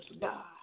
God